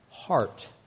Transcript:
heart